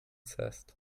zest